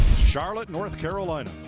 charlotte, north carolina.